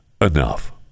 enough